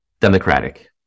democratic